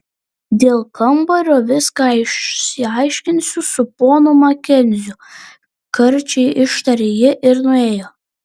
dėl kambario viską išsiaiškinsiu su ponu makenziu karčiai ištarė ji ir nuėjo